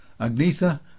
Agnetha